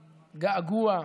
געגוע,